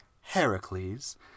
Heracles